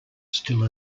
still